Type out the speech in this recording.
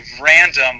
random